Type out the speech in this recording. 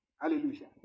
Hallelujah